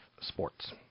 sports